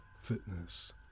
fitness